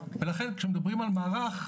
לכן כשמדברים על מערך,